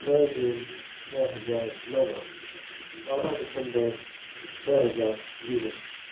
छह जून ॿ हज़ार नव ॿारहं डिसंबर ॿ हज़ार वीह